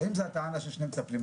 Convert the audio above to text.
אם הטענה של שני מטפלים,